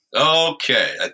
Okay